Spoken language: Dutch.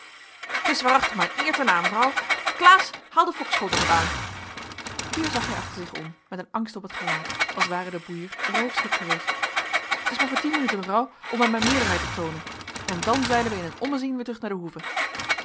t is waarachtig mijn eer te na mevrouw klaas haal de fokkeschoot nog wat aan hier zag hij achter zich om met een angst op het gelaat als ware de boeier een roofschip geweest t is maar voor tien minuten mevrouw om hem mijn meerderheid te toonen en dan zeilen wij in een ommezien weer terug naar de hoeve